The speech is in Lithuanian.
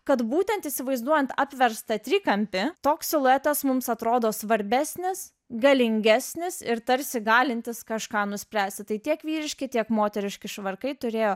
kad būtent įsivaizduojant apverstą trikampį toks siluetas mums atrodo svarbesnis galingesnis ir tarsi galintis kažką nuspręsti tai tiek vyriški tiek moteriški švarkai turėjo